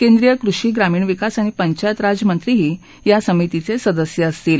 केंद्रीय कृषी ग्रामीण विकास आणि पंचायत राज मंत्रीही या समितीचे सदस्य असतील